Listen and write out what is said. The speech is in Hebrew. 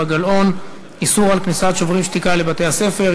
גלאון: איסור על כניסת "שוברים שתיקה" לבתי-הספר.